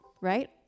right